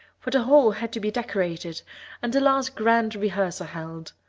for the hall had to be decorated and a last grand rehearsal held.